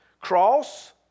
Cross